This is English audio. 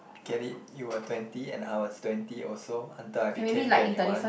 get it you were twenty and I was twenty also until I became twenty one